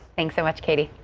thanks so much katie.